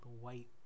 White